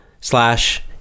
slash